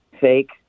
fake